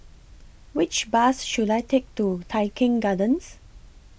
Which Bus should I Take to Tai Keng Gardens